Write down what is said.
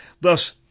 Thus